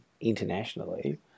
internationally